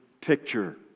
picture